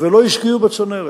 ולא השקיעו בצנרת,